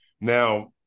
Now